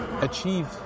achieve